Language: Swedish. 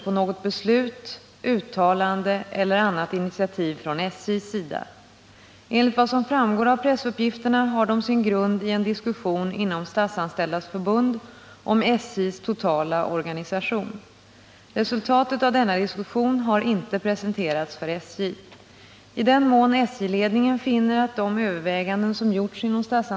Prickningen måste anses vara av principiell betydelse, eftersom den anger inriktningen av den prioritering åklagarna bör göra mellan olika typer av ärenden. Länsåklagaren i Halmstad har valt att avskriva smärre brottmål och i stället använt utredningsresurserna för ärenden som rör ekonomisk brottslighet.